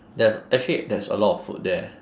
there's actually there's a lot of food there